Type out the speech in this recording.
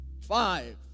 five